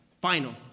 final